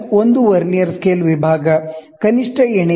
D 1 vernier scale division V